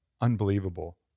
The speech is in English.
unbelievable